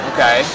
Okay